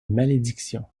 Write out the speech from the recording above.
malédiction